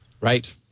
right